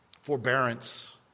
forbearance